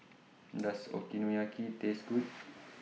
Does Okonomiyaki Taste Good